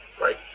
right